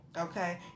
Okay